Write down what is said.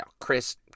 Chris